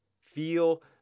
feel